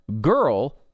girl